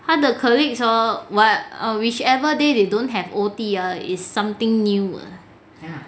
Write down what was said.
他的 colleagues hor what whichever day they don't have O_T ah is something new